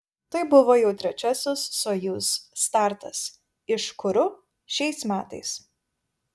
tai buvo jau trečiasis sojuz startas iš kuru šiais metais